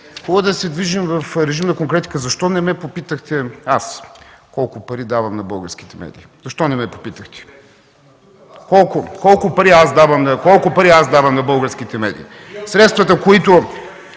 е да се движим в режим на конкретика. Защо не ме попитахте аз колко пари давам на българските медии? Защо не ме попитахте колко пари аз давам на българските медии?! ГЕОРГИ